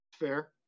fair